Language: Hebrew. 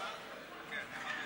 נחמן שי.